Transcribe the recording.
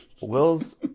Will's